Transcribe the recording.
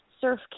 surf